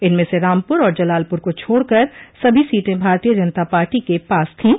इनमें से रामपुर और जलालपुर को छोड़कर सभी सीटें भारतीय जनता पार्टी के पास थीं